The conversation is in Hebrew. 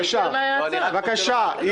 בבקשה.